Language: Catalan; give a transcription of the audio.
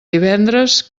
divendres